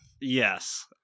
Yes